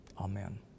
Amen